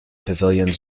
pavilions